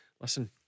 listen